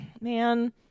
Man